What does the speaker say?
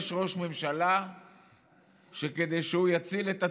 יש ראש ממשלה שכדי שהוא יציל את עצמו,